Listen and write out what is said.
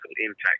impact